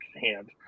hand